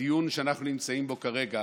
שבדיון שאנחנו נמצאים בו כרגע,